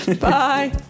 Bye